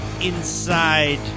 inside